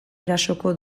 erasoko